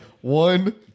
one